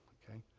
ok?